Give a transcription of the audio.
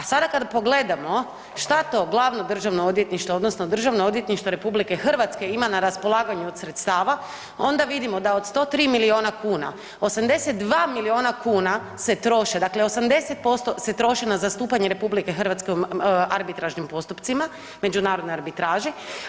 A sada kada pogledamo šta to glavno Državno odvjetništvo odnosno Državno odvjetništvo Republike Hrvatske ima na raspolaganju od sredstava, onda vidimo da od 103 milijuna kuna 82 milijuna kuna se troše, dakle 80% se troši na zastupanje RH u arbitražnim postupcima, međunarodnoj arbitraži.